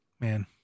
Man